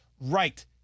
right